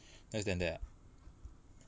less than that ah